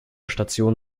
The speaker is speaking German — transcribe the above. stationen